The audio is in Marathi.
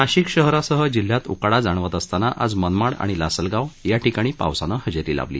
नाशिक शहरासह जिल्ह्यात उकाडा जाणवत असताना आज मनमाड आणि लासलगाव याठिकाणी पावसानं हजेरी लावली